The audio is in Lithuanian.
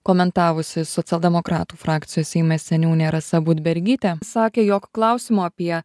komentavusi socialdemokratų frakcijos seime seniūnė rasa budbergytė sakė jog klausimo apie